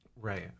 Right